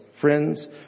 Friends